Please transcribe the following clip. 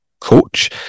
coach